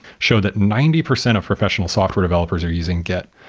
showed that ninety percent of professional software developers are using git.